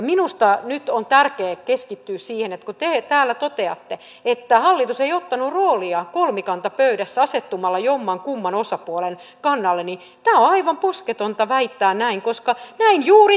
minusta nyt on tärkeä keskittyä siihen että kun te täällä toteatte että hallitus ei ottanut roolia kolmikantapöydässä asettumalla jommankumman osapuolen kannalle niin on aivan posketonta väittää näin koska näin juuri tapahtui